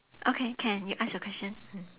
okay can you ask your question